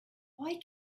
why